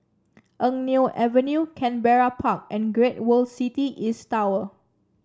Eng Neo Avenue Canberra Park and Great World City East Tower